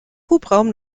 hubraum